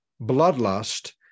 Bloodlust